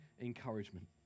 encouragement